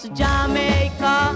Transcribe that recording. jamaica